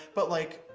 but like,